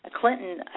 Clinton